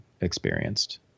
experienced